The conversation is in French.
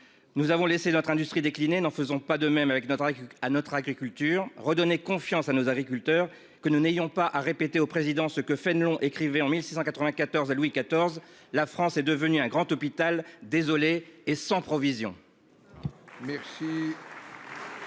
Nous avons laissé notre industrie décliné, n'en faisons pas de même avec notre équipe à notre agriculture redonner confiance à nos agriculteurs que nous n'ayons pas à répéter au président ce que Fénelon écrivait en 1694 à Louis XIV. La France est devenue un grand hôpital désolé et sans provision.